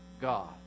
God